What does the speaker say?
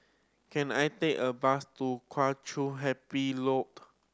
can I take a bus to Kheng Chiu Happy Lodge